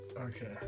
Okay